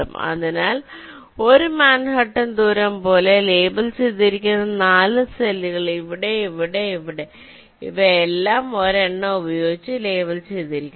അതിനാൽ 1 മാൻഹട്ടൻ ദൂരം പോലെ ലേബൽ ചെയ്തിരിക്കുന്ന 4 സെല്ലുകൾ ഇവിടെ ഇവിടെ ഇവിടെ ഇവിടെ അവയെല്ലാം ഒരെണ്ണം ഉപയോഗിച്ച് ലേബൽ ചെയ്തിരിക്കുന്നു